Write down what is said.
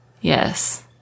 Yes